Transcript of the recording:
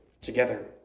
together